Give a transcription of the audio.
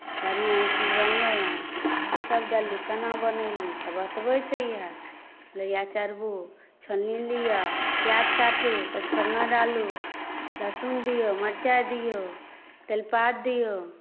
बढ़िआँ ई चीज बनलहु हेँ कीसभ देलही केना बनेलही तऽ बतबैत छै इएह लोहिआ चढ़बू छोलनी लिअ प्याज काटू पँचफोरना डालू लहसुन दियौ मरचाइ दियौ तेजपात दियौ